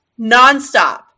nonstop